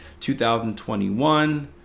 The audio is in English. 2021